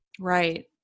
Right